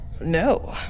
No